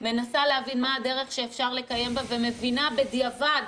מנסה להבין מה הדרך שאפשר לקיים בה, ומבינה בדיעבד